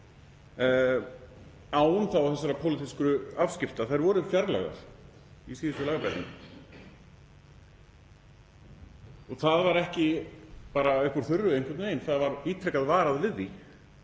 til, án þessara pólitísku afskipta, fjarlægðar, í síðustu lagabreytingum. Það var ekki bara upp úr þurru einhvern veginn, það var ítrekað varað við því